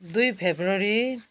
दुई फब्रुअरी